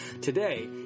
Today